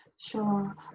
sure